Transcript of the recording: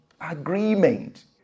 agreement